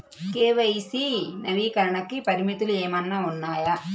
KYC నవీకరణకి పరిమితులు ఏమన్నా ఉన్నాయా?